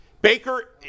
Baker